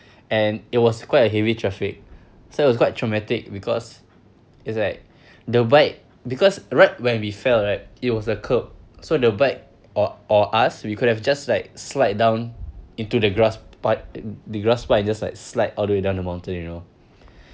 and it was quite a heavy traffic so it was quite traumatic because it's like the bike because right when we fell right it was a curb so the bike or or us we could have just like slide down into the grass part the grass part and just like slide all the way down the mountain you know